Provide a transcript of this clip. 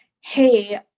hey